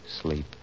Sleep